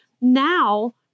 now